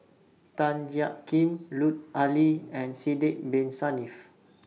Tan Jiak Kim Lut Ali and Sidek Bin Saniff